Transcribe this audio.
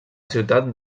ciutat